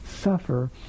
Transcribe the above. suffer